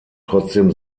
trotzdem